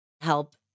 help